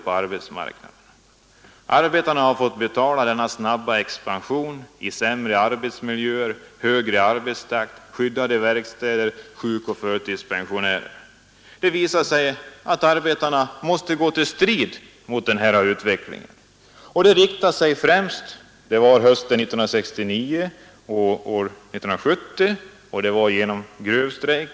Fackföreningsrörelsen och SAF:s målsättningar om produktivitet och högsta lönsamhet, som företagsnämndsavtalet och vidhängande uppgörelser fastslår, integrerades således.